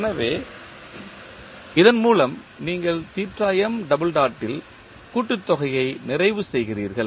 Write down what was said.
எனவே இதன் மூலம் நீங்கள் ல் கூட்டு தொகையை நிறைவு செய்கிறீர்கள்